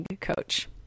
coach